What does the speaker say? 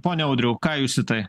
pone audriau ką jūs į tai